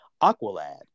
Aqualad